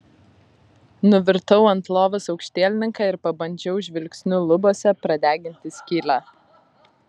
nuvirtau ant lovos aukštielninka ir pabandžiau žvilgsniu lubose pradeginti skylę